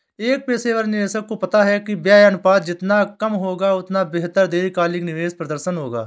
एक पेशेवर निवेशक को पता है कि व्यय अनुपात जितना कम होगा, उतना बेहतर दीर्घकालिक निवेश प्रदर्शन होगा